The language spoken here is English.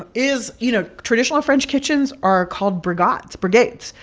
is you know, traditional french kitchens are called brigades brigades.